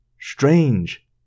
Strange